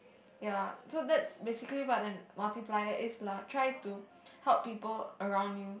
ya so that's basically what a multiplier is lah try to help people around you